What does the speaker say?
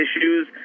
issues